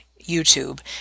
YouTube